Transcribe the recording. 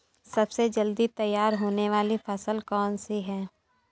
सबसे जल्दी तैयार होने वाली फसल कौन सी है?